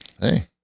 Hey